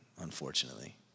unfortunately